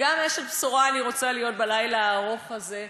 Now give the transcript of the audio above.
וגם אשת בשורה אני רוצה להיות בלילה הארוך הזה.